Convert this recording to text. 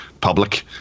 public